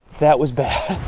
that was bad.